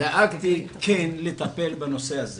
דאגתי כן לטפל בנושא הזה